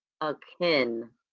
akin